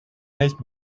neist